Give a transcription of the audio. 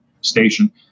station